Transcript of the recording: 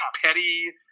petty